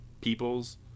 peoples